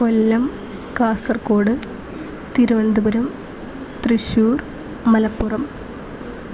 Kollam Kasaragod Thiruvananthapuram Thrissur Malappuram